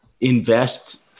invest